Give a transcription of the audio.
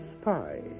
spy